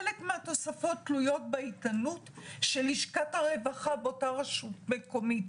חלק מהתוספות תלויות באיתנות של לשכת הרווחה באותה רשות מקומית.